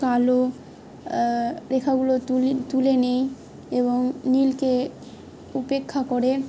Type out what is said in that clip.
কালো রেখাগুলো তুলি তুলে নেই এবং নীলকে উপেক্ষা করে